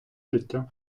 життя